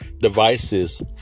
devices